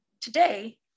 Today